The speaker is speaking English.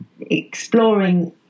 exploring